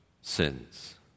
sins